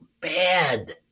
bad